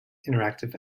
interactive